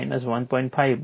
5 1